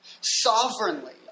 sovereignly